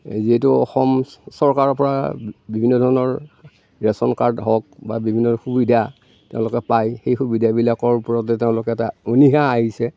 যিহেতু অসম চৰকাৰৰ পৰা বিভিন্নধৰণৰ ৰেচন কাৰ্ড হওক বা বিভিন্ন সুবিধা তেওঁলোকে পায় সেই সুবিধাবিলাকৰ ওপৰতে তেওঁলোকে এটা অনীহা আহিছে